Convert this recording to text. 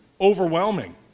overwhelming